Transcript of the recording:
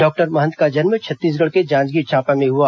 doctor Mahant का जन्म छत्तीसगढ़ के जांजगीर चांपा में हुआ